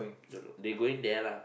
don't know they going there lah